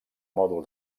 mòdul